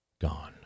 gone